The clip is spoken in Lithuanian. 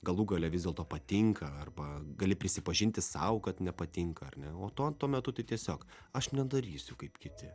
galų gale vis dėlto patinka arba gali prisipažinti sau kad nepatinka ar ne o tuo tuo metu tai tiesiog aš nedarysiu kaip kiti